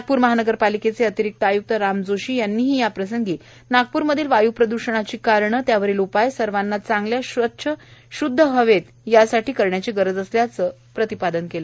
नागपूर महानगरपालिक्व अतिरिक्त आयुक्त राम जोशी यांनीही याप्रसंगी नागपुरमधील वायु प्रदूषणाची कारणप्न त्यावरच उपाय सर्वांना चांगल्या स्वच्छ शुदध हवत्त यासाठी करण्याची गरज असल्याचं प्रतिपादन कालं